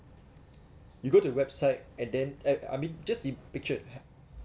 you go to the website and then uh I mean just im~ pictured